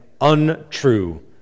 untrue